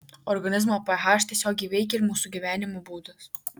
organizmo ph tiesiogiai veikia ir mūsų gyvenimo būdas